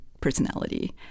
personality